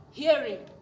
hearing